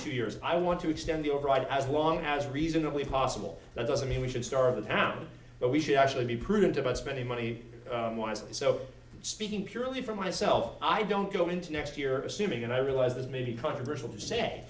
two years i want to extend the override as long as reasonably possible that doesn't mean we should starve them out but we should actually be prudent about spending money wisely so speaking purely for myself i don't go into next year assuming and i realize this may be controversial to say